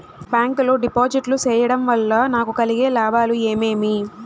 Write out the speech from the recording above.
Bank లో డిపాజిట్లు సేయడం వల్ల నాకు కలిగే లాభాలు ఏమేమి?